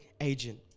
agent